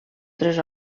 tres